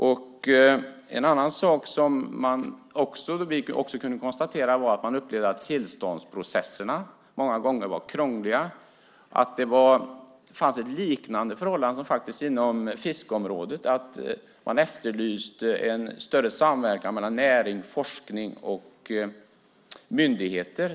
Vi kunde också konstatera att tillståndsprocesserna många gånger var krångliga och att det fanns ett liknande förhållande som inom fiskeområdet; man efterlyste en större samverkan mellan näring, forskning och myndigheter.